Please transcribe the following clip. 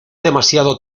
demasiado